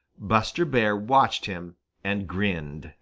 buster bear watched him and grinned.